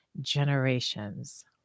generations